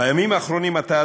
בימים האחרונים אתה,